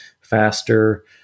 faster